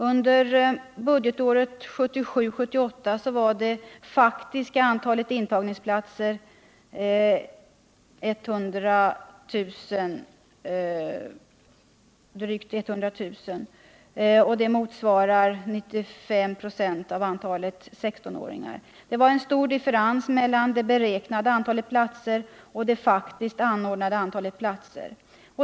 Under budgetåret 1977/78 uppgick det faktiska antalet intagningsplatser till drygt 100 000, vilket motsvarar ca 95 96 av antalet 16-åringar. Det är en stor differens mellan det beräknade antalet platser och det faktiskt anordnade antalet platser.